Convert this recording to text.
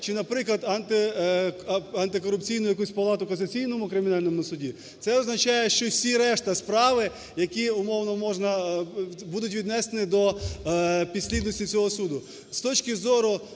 чи, наприклад, антикорупційну якусь палату в касаційному кримінальному суді, це означає, що всі решта справи, які умовно можна… будуть віднесені до підслідності цього суду. З точки зору